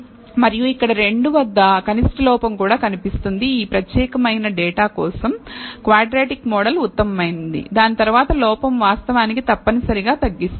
మరియు ఇక్కడ 2 వద్ద కనిష్ట లోపం కూడా కనిపిస్తుంది ఈ ప్రత్యేకమైన డేటా కోసం క్వాడ్రాటిక్ మోడల్ ఉత్తమమైనది దాని తర్వాత లోపం వాస్తవానికి తప్పనిసరిగా తగ్గిస్తుంది